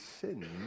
sin